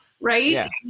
Right